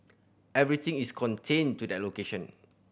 everything is contained to that location